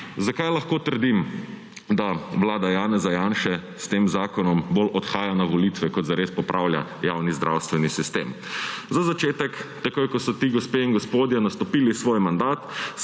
Zakaj lahko trdim, da vlada Janeza Janše s tem zakonom bolj odhaja na volitve, kot zares popravlja javni zdravstveni sistem? Za začetek, takoj ko so ti gospe in gospodje nastopili svoj mandat,